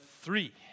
three